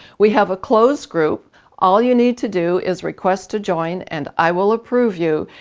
we have a closed group all you need to do is request to join and i will approve you.